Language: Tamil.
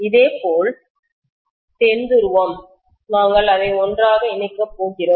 இதேபோல் தென் துருவம் நாங்கள் அதை ஒன்றாக இணைக்கப் போகிறோம்